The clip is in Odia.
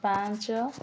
ପାଞ୍ଚ